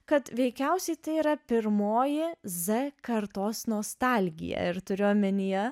kad veikiausiai tai yra pirmoji z kartos nostalgija ir turiu omenyje